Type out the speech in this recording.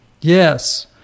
Yes